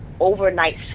overnight